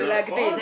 להגדיל.